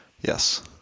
Yes